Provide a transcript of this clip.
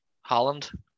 Holland